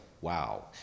wow